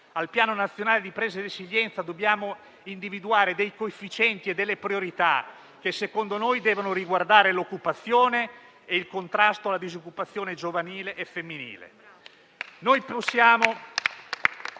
il Piano nazionale di ripresa e resilienza. In questo Piano dobbiamo individuare dei coefficienti e delle priorità che, secondo noi, devono riguardare l'occupazione e il contrasto alla disoccupazione giovanile e femminile.